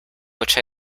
which